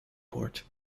port